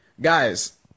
Guys